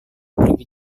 pergi